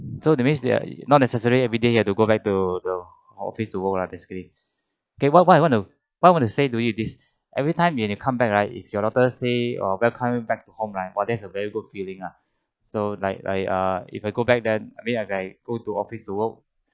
so that means you are not necessarily everyday you have to go back to the office to work lah basically okay what what I want to what I want to say to you this everytime when you come back right if your daughter say oh welcome me back to home right !wah! that's a very good feeling ah so like like err if I go back then I mean like I go to office the work